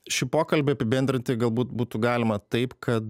šį pokalbį apibendrinti galbūt būtų galima taip kad